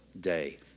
day